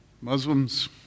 Muslims